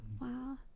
wow